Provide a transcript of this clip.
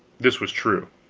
this was true.